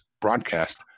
broadcast